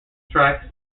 tracks